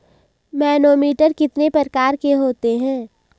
Manometer कितने प्रकार के होते हैं?